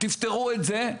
תפתרו את זה,